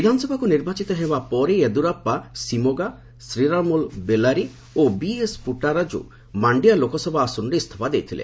ବିଧାନସଭାକୃ ନିର୍ବାଚିତ ହେବା ପରେ ୟେଦ୍ରରାସ୍ପା ସିମୋଗା ଶ୍ରୀରାମ୍ବଲ୍ ବେଲାରୀ ଓ ସିଏସ୍ ପ୍ରଟାରାଜ୍ର ମାର୍ଣ୍ଣା ଲୋକସଭା ଆସନର୍ ଇସ୍ତଫା ଦେଇଥିଲେ